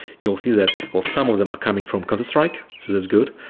you'll see that while some of them are coming from like so that's good,